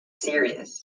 serious